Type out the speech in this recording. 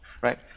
right